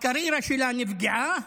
הקריירה שלה נפגעה,